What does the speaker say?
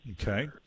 Okay